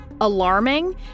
alarming